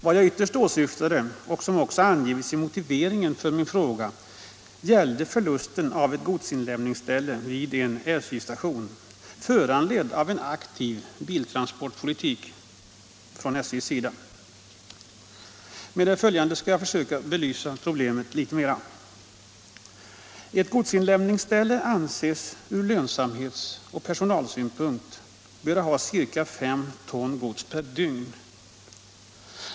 Vad jag ytterst åsyftade, vilket också angivits i interpellationens motivering, var förlusten av ett godsinlämningsställe vid en SJ-station, föranledd av en aktiv biltransportpolitik från SJ:s sida. Med det följande skall jag försöka belysa problemet litet mera. Ett godsinlämningsställe anses ur lönsamhets och personalsynpunkt böra ha ca 5 ton gods per dygn.